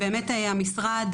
המשרד,